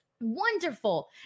wonderful